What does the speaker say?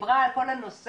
שדיברה על כל הנושא.